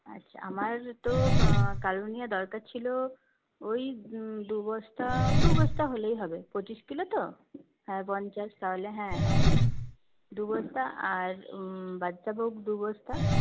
আচ্ছা আমার তো কালোনুনিয়া দরকার ছিলো ওই দু বস্তা দু বস্তা হলেই হবে পঁচিশ কিলো তো হ্যাঁ পঞ্চাশ তাহলে হ্যাঁ হ্যাঁ দু বস্তা আর বাদশাভোগ দু বস্তা